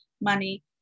money